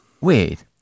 wait